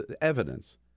evidence